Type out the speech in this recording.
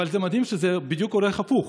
אבל זה מדהים שזה בדיוק הולך הפוך.